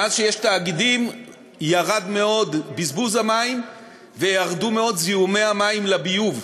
מאז שיש תאגידים ירד מאוד בזבוז המים וירדו מאוד זיהומי המים לביוב.